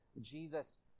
Jesus